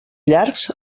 llargs